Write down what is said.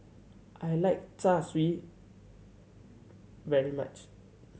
I like Char Siu very much